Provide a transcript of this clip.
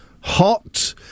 hot